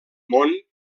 món